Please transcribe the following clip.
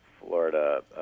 Florida